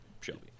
Shelby